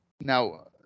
Now